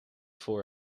voor